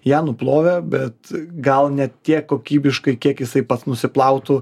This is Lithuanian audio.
ją nuplovė bet gal ne tiek kokybiškai kiek jisai pats nusiplautų